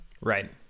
Right